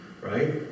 Right